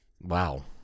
Wow